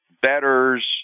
betters